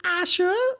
Asher